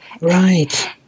right